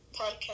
Podcast